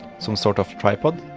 some sort of tripod,